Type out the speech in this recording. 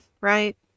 right